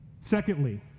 Secondly